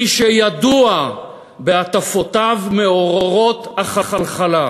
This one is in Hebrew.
מי שידוע בהטפותיו מעוררות החלחלה.